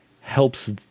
helps